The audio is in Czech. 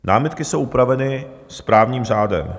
Námitky jsou upraveny správním řádem.